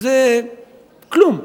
זה כלום.